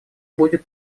будет